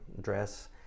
dress